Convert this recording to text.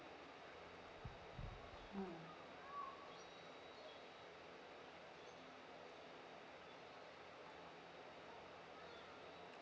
mm